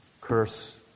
Curse